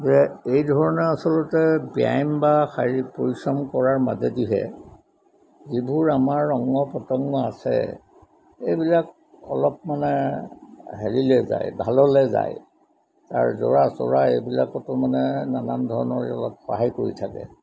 যে এইধৰণে আচলতে ব্যায়াম বা শাৰীৰিক পৰিশ্ৰম কৰাৰ মাজেদিহে যিবোৰ আমাৰ ৰঙ প্ৰতংগ আছে এইবিলাক অলপ মানে হেৰিলৈ যায় ভাললৈ যায় তাৰ জৰা চৰা এইবিলাকতো মানে নানান ধৰণৰ অলপ সহায় কৰি থাকে